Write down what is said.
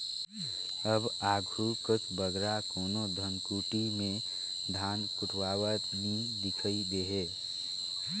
अब आघु कस बगरा कोनो धनकुट्टी में धान कुटवावत नी दिखई देहें